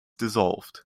dissolved